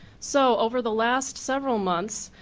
so, over the last several months,